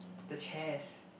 the chairs